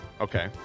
Okay